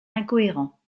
incohérents